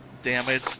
Damage